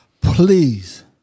please